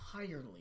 entirely